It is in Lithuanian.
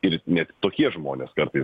ir net tokie žmonės kartais